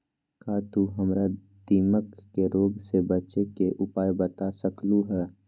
का तू हमरा दीमक के रोग से बचे के उपाय बता सकलु ह?